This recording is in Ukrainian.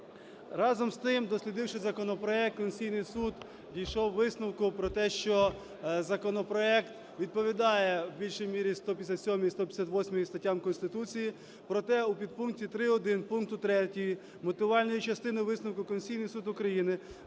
Разом з тим, дослідивши законопроект, Конституційний Суд дійшов висновку про те, що законопроект відповідає в більшій мірі 157-й і 158-й статтям Конституції, проте у підпункті 3.1 пункту 3 мотивувальної частини висновку Конституційний Суд України